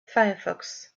firefox